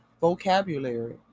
vocabulary